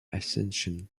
ascension